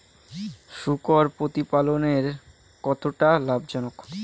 শূকর প্রতিপালনের কতটা লাভজনক?